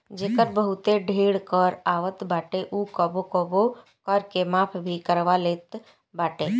जेकर बहुते ढेर कर आवत बाटे उ कबो कबो कर के माफ़ भी करवा लेवत बाटे